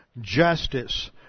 justice